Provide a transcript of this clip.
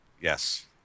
Yes